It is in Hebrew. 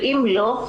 ואם לא,